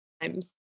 times